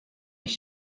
ich